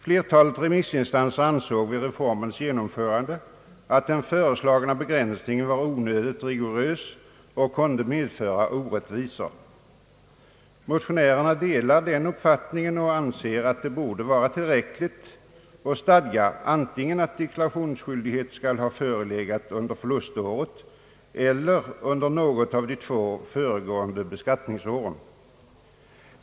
Flertalet remissinstanser ansåg vid reformens genomförande att den föreslagna begränsningen var onödigt rigorös och kunde medföra orättvisor. Motionärerna delar den uppfattningen och anser att det borde vara tillräckligt att stadga att deklarationsskyldighet skall ha förelegat antingen under förluståret eller under något av de två föregående beskattningsåren.